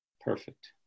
Perfect